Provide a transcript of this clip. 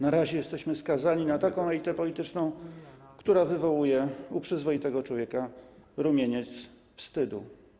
Na razie jesteśmy skazani na taką elitę polityczną, która wywołuje u przyzwoitego człowieka rumieniec wstydu.